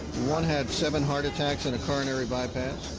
one had seven heart attacks and a coronary bypass.